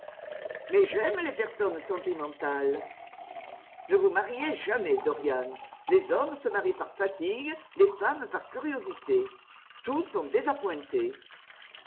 mais j'aime les personnes sentimentales ne vous mariez jamais dorian les hommes se marient par fatigue les femmes par curiosité tous sont désappointés